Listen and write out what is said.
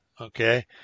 okay